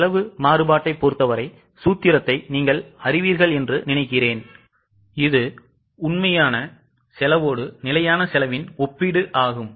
செலவு மாறுபாட்டைப் பொறுத்தவரை சூத்திரத்தை நீங்கள் அறிவீர்கள் என்று நினைக்கிறேன் இது உண்மையான செலவோடு நிலையான செலவின் ஒப்பீடு ஆகும்